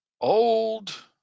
old